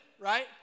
right